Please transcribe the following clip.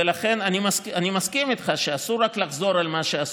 ולכן אני מסכים איתך שאסור רק לחזור על מה שעשו,